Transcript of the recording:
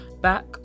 back